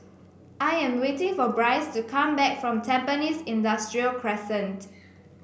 I am waiting for Bryce to come back from Tampines Industrial Crescent